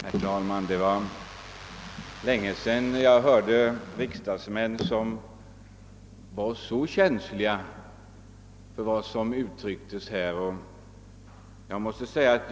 Herr talman! Det var länge sedan jag hörde riksdagsmän som är så känsliga inför vad som sägs i kammaren.